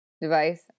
device